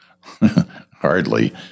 Hardly